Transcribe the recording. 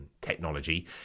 technology